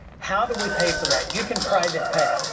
how do we pay for that? you can private pay.